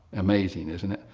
amazing, isn't it?